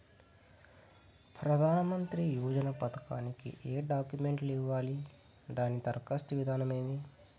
ప్రధానమంత్రి యోజన పథకానికి ఏ డాక్యుమెంట్లు ఇవ్వాలి దాని దరఖాస్తు విధానం ఏమి